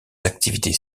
activités